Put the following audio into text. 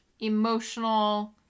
emotional